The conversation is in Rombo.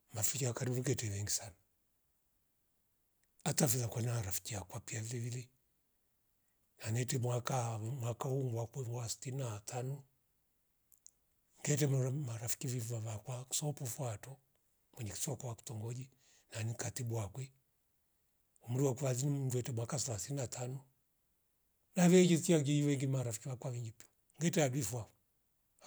Mafija karivute terengi sana hata via konara rafkia kwapia vilevile hanete mwaka mh mwaka wakwevu wa sti na tanu, gete mvere marafiki viva vakwa kusopufu ato mwenye kisokwa kitongoji na kikatibi wakwe umuro kulazimu ndwete bwaka salisini na tano naviye chia gia vengi marafiki wakwa vijinipo ngita harifwa vo